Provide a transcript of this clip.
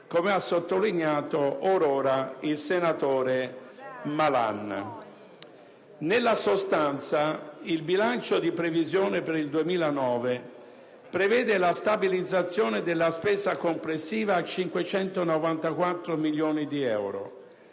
come ha sottolineato or ora il senatore Malan. Nella sostanza, il bilancio di previsione per il 2009 prevede la stabilizzazione della spesa complessiva a 594 milioni di euro,